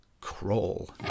Crawl